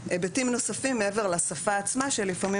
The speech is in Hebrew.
היבטים נוספים מעבר לשפה עצמה שלפעמים